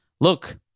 look